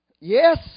Yes